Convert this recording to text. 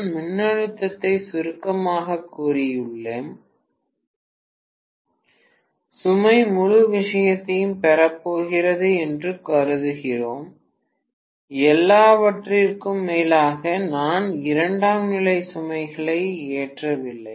நான் மின்னழுத்தத்தை சுருக்கமாகக் கூறியுள்ளேன் சுமை முழு விஷயத்தையும் பெறப்போகிறது என்று கருதுகிறேன் எல்லாவற்றிற்கும் மேலாக நான் இரண்டாம் நிலை சுமைகளை ஏற்றவில்லை